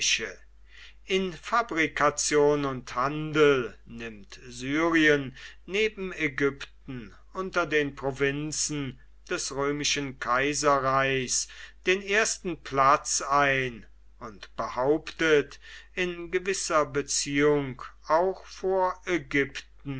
in fabrikation und handel nimmt syrien neben ägypten unter den provinzen des römischen kaiserreichs den ersten platz ein und behauptet in gewisser beziehung auch vor